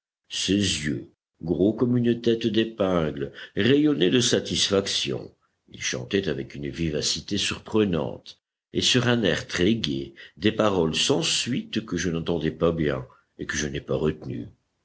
ses yeux gros comme une tête d'épingle rayonnaient de satisfaction il chantait avec une vivacité surprenante et sur un air très-gai des paroles sans suite que je n'entendais pas bien et que je n'ai pas retenues